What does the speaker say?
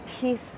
peace